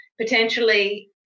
potentially